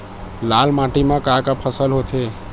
लाल माटी म का का फसल होथे?